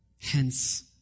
Hence